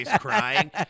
crying